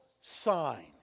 sign